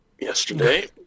Yesterday